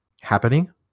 happening